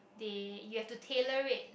they you have to tailored